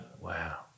Wow